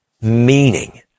meaning